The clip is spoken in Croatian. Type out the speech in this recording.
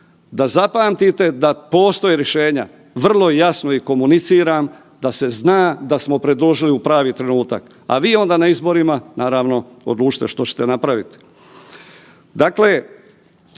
da zapamtite da postoje rješenja da se zna da smo predložili u pravi trenutak, a vi onda na izborima, naravno, odlučite što ćete napraviti.